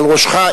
על ראשך,